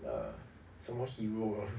err 什么 hero loh